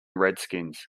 redskins